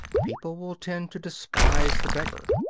people will tend to despise the beggar.